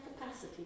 capacity